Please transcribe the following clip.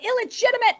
illegitimate